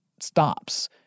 stops